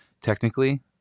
technically